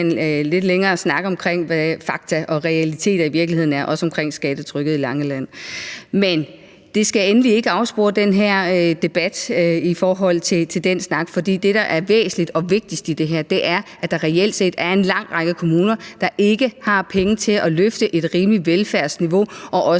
til skattetrykket i Langeland Kommune. Men den snak skal endelig ikke afspore den her debat, for det, der er væsentligt og vigtigt i det her, er, at der reelt set er en lang række kommuner, der ikke har penge til at have et rimeligt velfærdsniveau